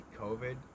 COVID